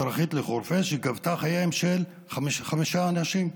שגבתה את חייהם של חמישה אנשים,